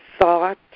thought